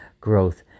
growth